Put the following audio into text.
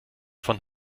von